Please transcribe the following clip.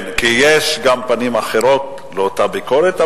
כן, כי יש גם פנים אחרות לאותה ביקורת.